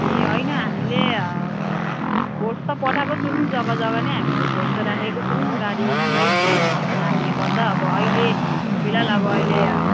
ए हैन हामीले फोर्स त पठाएको छौँ जग्गा जग्गा नै हामीले फोर्स त राखेको छौँ गाडीकै जामले गर्दा अब अहिले फिलहाल अब अहिले